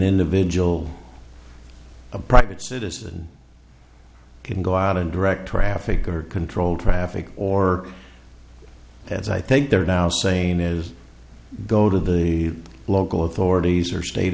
individual a private citizen can go out and direct traffic or controlled traffic or as i think they're now saying is go to the local authorities or state